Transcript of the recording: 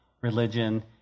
religion